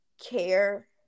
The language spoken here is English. care